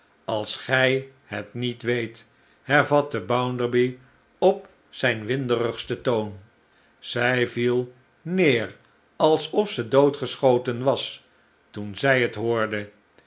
als gij het niet weet hervatte bounderby op zijn winderigsten toon zij viel neer alsof ze doodgeschoten was toen zij het hoorde